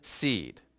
seed